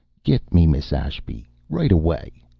get me miss ashby! right away!